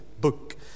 book